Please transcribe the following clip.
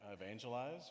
evangelize